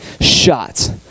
shots